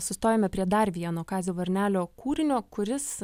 sustojome prie dar vieno kazio varnelio kūrinio kuris